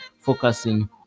focusing